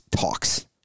talks